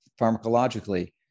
pharmacologically